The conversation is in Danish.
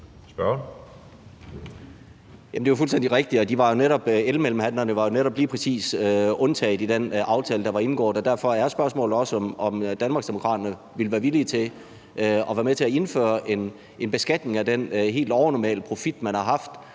Jamen det er jo fuldstændig rigtigt. Elmellemhandlerne var jo netop lige præcis undtaget i den aftale, der blev indgået. Og derfor er spørgsmålet også, om Danmarksdemokraterne ville være villige til at være med til at indføre en beskatning af den helt overnormale profit, man har haft,